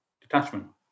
detachment